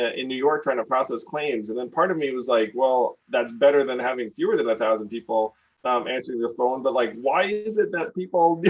and new york trying to process claims. and then part of me was like, well, that's better than having fewer than one thousand people um answering the phone. but like, why is it that people